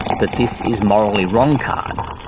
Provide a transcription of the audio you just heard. the this is morally wrong card,